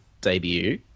debut